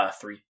three